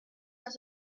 dans